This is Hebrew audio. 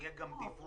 יהיה גם דיווח.